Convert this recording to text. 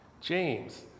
James